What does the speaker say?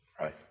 Right